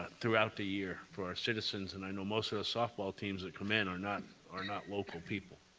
throughout the year for our citizens, and i know most of the softball teams that come in are not are not local people.